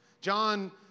John